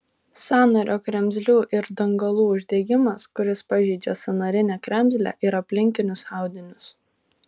sąnario kremzlių ir dangalų uždegimas kuris pažeidžia sąnarinę kremzlę ir aplinkinius audinius